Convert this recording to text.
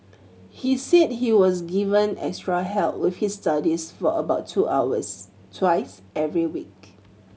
he said he was given extra help with his studies for about two hours twice every week